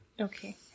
Okay